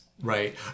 Right